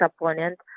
opponent